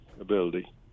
ability